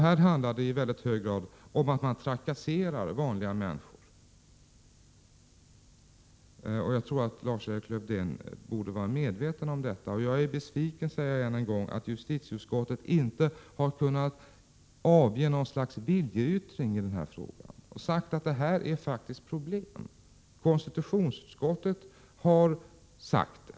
Här handlar det i hög grad om att man trakasserar vanliga människor, och Lars-Erik Lövdén borde vara medveten om detta. Jag är besviken, det säger jag än en gång, över att justitieutskottet inte har kunnat avge något slag av viljeyttring i denna fråga och kunnat säga att detta faktiskt är ett problem. Konstitutionsutskottet har sagt det.